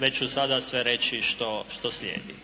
već ću sada sve reći što slijedi.